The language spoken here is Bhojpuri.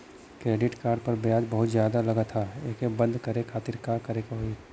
क्रेडिट कार्ड पर ब्याज बहुते ज्यादा लगत ह एके बंद करे खातिर का करे के होई?